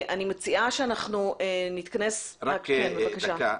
אני מציעה שאנחנו נתכנס --- רק דקה,